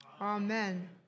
Amen